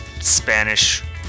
Spanish